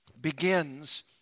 begins